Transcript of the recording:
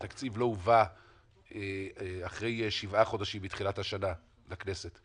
שהתקציב לא הובא אחרי שבעה חודשים מתחיל השנה לכנסת.